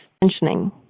mentioning